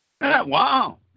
Wow